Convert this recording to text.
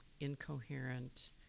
incoherent